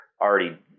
already